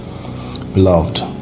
beloved